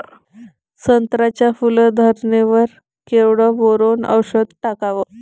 संत्र्याच्या फूल धरणे वर केवढं बोरोंन औषध टाकावं?